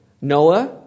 Noah